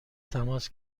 تماس